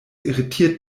irritiert